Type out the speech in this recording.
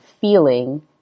feeling